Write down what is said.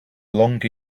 longer